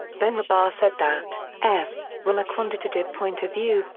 benrabah said that f rom a quantitative point of view,